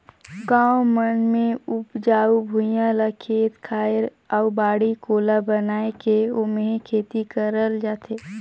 गाँव मन मे उपजऊ भुइयां ल खेत खायर अउ बाड़ी कोला बनाये के ओम्हे खेती करल जाथे